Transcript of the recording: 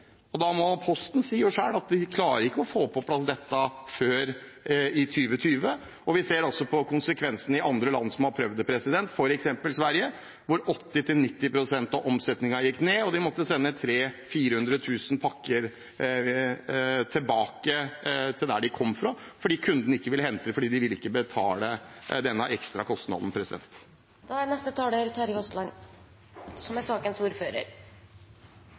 og Posten sier selv at de ikke klarer å få på plass dette før i 2020. Vi ser også konsekvensene i andre land som har prøvd det, f.eks. Sverige, hvor 80–90 pst. av omsetningen gikk ned. De måtte sende 300 000–400 000 pakker tilbake dit de kom fra, siden kunden ikke ville hente dem fordi de ikke ville betale denne ekstra kostnaden. Det er